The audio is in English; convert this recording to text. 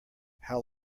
how